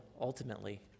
ultimately